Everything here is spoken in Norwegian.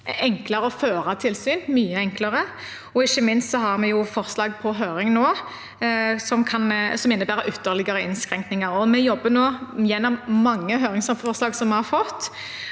enklere å føre tilsyn – mye enklere – og ikke minst har vi forslag på høring som innebærer ytterligere innskrenkninger. Vi jobber oss nå gjennom de mange høringsforslagene vi har fått.